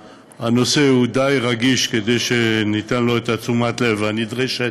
הנושא הוא די רגיש כדי שניתן לו את תשומת הלב הנדרשת,